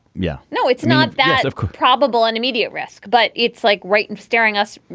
yeah no, it's not that probable and immediate risk, but it's like right in staring us,